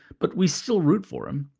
but we still root for him.